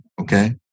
okay